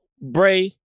bray